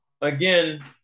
Again